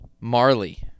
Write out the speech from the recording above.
Marley